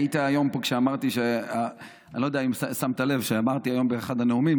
אני לא יודע אם שמת לב שאמרתי היום באחד הנאומים